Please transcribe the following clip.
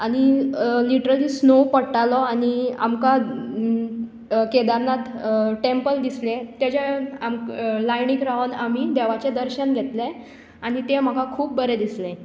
आनी literally snow पडटालो आनी आमकां केदारनाथ टँपल दिसलें ताज्या आम लायनीक रावन आमी देवाचें दर्शन घेतलें आनी तें म्हाका खूब बरें दिसलें